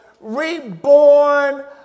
Reborn